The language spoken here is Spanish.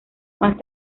más